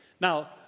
Now